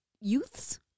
youths